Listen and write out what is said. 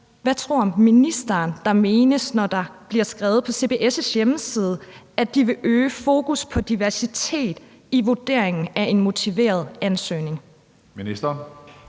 Hvad tror ministeren der menes, når der bliver skrevet på CBS' hjemmeside, at de vil øge fokus på diversitet i vurderingen af en motiveret ansøgning? Kl.